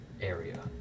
area